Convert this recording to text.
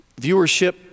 viewership